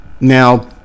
Now